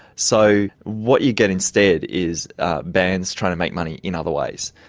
so what you get instead is bands trying to make money in other ways,